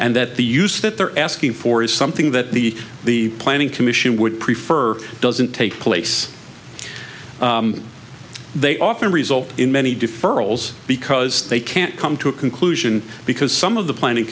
and that the use that they're asking for is something that the the planning commission would prefer doesn't take place they often result in many deferrals because they can't come to a conclusion because some of the planning